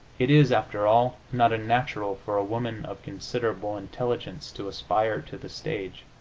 it is, after all, not unnatural for a woman of considerable intelligence to aspire to the stage.